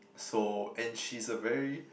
so and she's a very